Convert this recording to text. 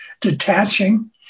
detaching